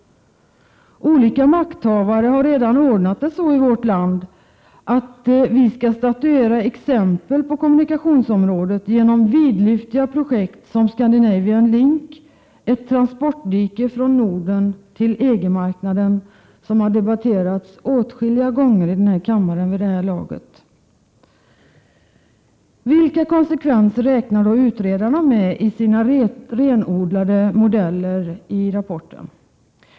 Olika makthavare har redan ordnat det så i vårt land att vi på kommunikationsområdet skall statuera exempel genom vidlyftiga projekt, som Scandinavian Link, ett transportdike från Norden till EG-marknaden som har debatterats åtskilliga gånger i kammaren vid det här laget. Vilka konsekvenser räknar då utredarna med i sina renodlade modeller i rapporten?